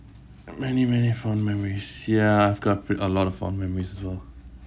many many fond memories ya I've got a lot of fond memories as well